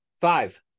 Five